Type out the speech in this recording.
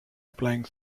applying